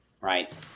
right